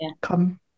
come